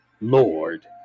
lord